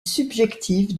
subjective